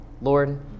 Lord